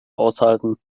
aushalten